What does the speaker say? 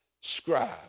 scribe